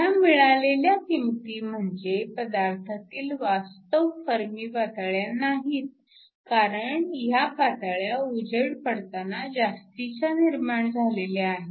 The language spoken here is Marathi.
ह्या मिळालेल्या किंमती म्हणजे पदार्थातील वास्तव फर्मी पातळ्या नाहीत कारण ह्या पातळ्या उजेड पडताना जास्तीच्या निर्माण झालेल्या आहेत